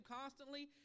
constantly